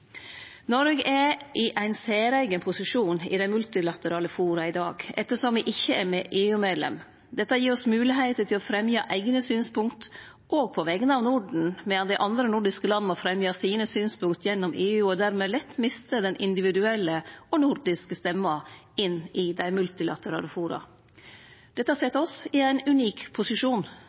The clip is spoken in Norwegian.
Noreg er i ein særeigen posisjon i multilaterale forum i dag ettersom me ikkje er EU-medlem. Dette gir oss moglegheit til å fremje eigne synspunkt, òg på vegner av Norden, medan dei andre nordiske landa må fremje sine synspunkt gjennom EU og dermed lett mistar den individuelle og nordiske stemma i dei multilaterale foruma. Dette set oss i ein unik posisjon